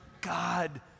God